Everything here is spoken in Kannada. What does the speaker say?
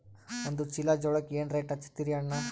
ಒಂದ ಚೀಲಾ ಜೋಳಕ್ಕ ಏನ ರೇಟ್ ಹಚ್ಚತೀರಿ ಅಣ್ಣಾ?